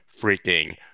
freaking